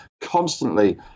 constantly